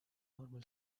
normal